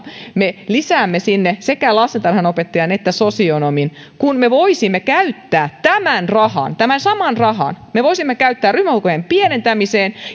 lisäämme sinne sekä lastentarhanopettajan että sosionomin kun me voisimme käyttää tämän saman rahan ryhmäkokojen pienentämiseen